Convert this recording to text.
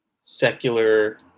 secular